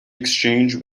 exchange